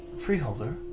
Freeholder